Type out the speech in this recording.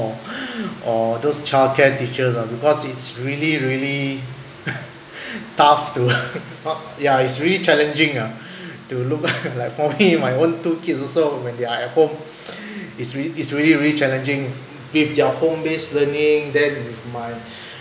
or or those childcare teachers ah because it's really really tough to ya it's really challenging ah to look like for me my own two kids also when they are at home it's real~ really really challenging if they're home based learning then my